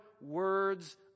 words